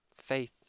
faith